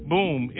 Boom